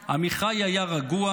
עמיחי היה רגוע,